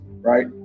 right